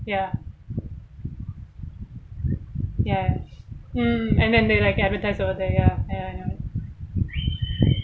ya ya mm and then they like advertise over there ya I I know